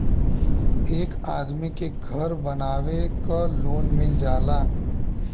एक आदमी के घर बनवावे क लोन मिल जाला